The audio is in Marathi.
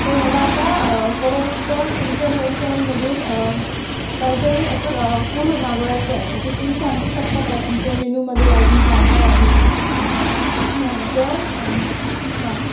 सो मला आता परत एकदा तुमच्या रेस्टॉरंटमधून काही तरी असं रॉ फूड मागवायचं आहे सो तुम्ही सांगू शकता का तुमच्या मेनूमध्ये अजून काय काय आहे ते तर हां